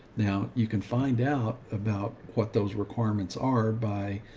now you can find out about what those requirements are by,